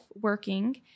working